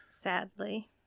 Sadly